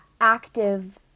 Active